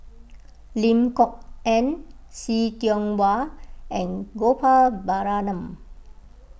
Lim Kok Ann See Tiong Wah and Gopal Baratham